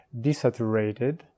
desaturated